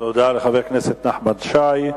תודה לחבר הכנסת נחמן שי.